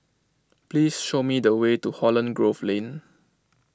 please show me the way to Holland Grove Lane